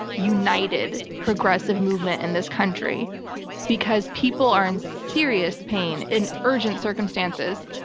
united progressive movement in this country because people are in serious pain, in urgent circumstances.